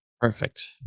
perfect